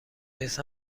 نیز